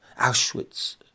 Auschwitz